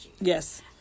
Yes